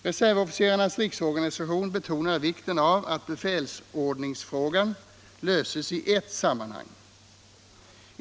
Reservofficerarnas centralorganisation betonar vikten av att befälsordningsfrågan löses i ett sammanhang.